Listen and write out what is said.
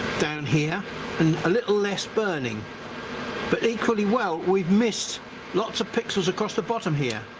down here and a little less burning but equally well we've missed lots of pixels across the bottom here